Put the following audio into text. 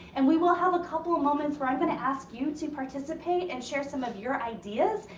and we will have a couple of moments where i'm gonna ask you to participate and share some of your ideas.